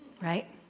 Right